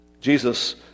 Jesus